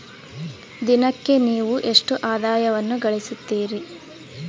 ದಿನಕ್ಕೆ ನೇವು ಎಷ್ಟು ಆದಾಯವನ್ನು ಗಳಿಸುತ್ತೇರಿ?